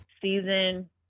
season